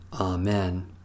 Amen